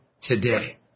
today